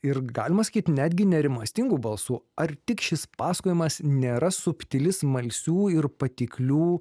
ir galima sakyt netgi nerimastingų balsų ar tik šis pasakojimas nėra subtili smalsių ir patiklių